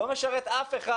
זה לא משרת אף אחד.